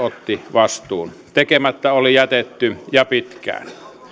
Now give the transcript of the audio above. vastuun tekemättä oli jätetty jo pitkään